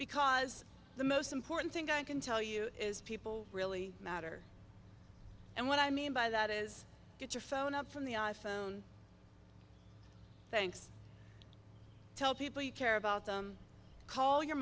because the most important thing i can tell you is people really matter and what i mean by that is get your phone up from the i phone thanks tell people you care about them call your